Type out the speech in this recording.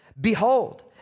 Behold